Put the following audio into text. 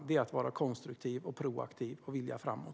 Det är att vara konstruktiv och proaktiv och vilja framåt.